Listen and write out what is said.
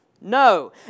No